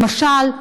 למשל,